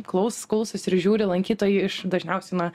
klaus klausosi ir žiūri lankytojai iš dažniausiai na